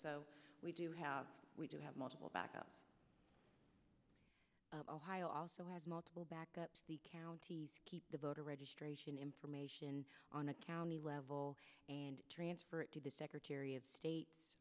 so we do have we do have multiple backup ohio also has multiple backups the counties keep the voter registration information on a county level and transfer it to the secretary of state